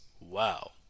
Wow